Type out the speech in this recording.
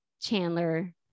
Chandler